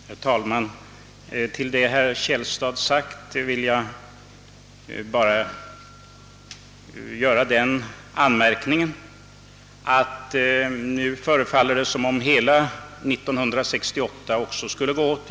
Herr talman! Till vad herr Källstad här anförde vill jag bara foga den anmärkningen att det förefaller som om hela 1968 också skulle gå åt innan utredningen är färdig.